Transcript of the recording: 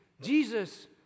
Jesus